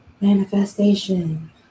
manifestation